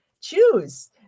choose